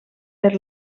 per